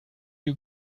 you